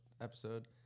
episode